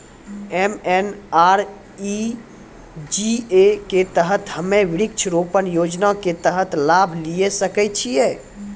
MNREGA के तहत हम्मय वृक्ष रोपण योजना के तहत लाभ लिये सकय छियै?